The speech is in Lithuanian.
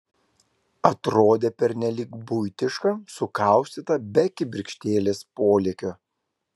atrodė pernelyg buitiška sukaustyta be kibirkštėlės polėkio